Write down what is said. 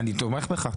אני תומך בך.